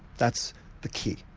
that's the key.